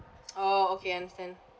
oh okay understand